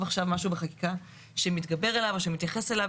עכשיו משהו בחקיקה שמתגבר עליו או שמתייחס אליו.